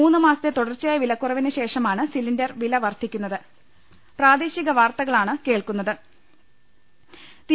മൂന്ന് മാസത്തെ തുടർച്ച യായ വിലക്കുറവിന് ശേഷമാണ് സിലിണ്ടർ വില വർദ്ധിക്കു ന്നത്